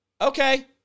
Okay